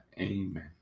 Amen